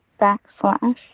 backslash